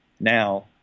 now